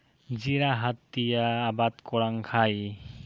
জিরা হাত দিয়া আবাদ করাং খাই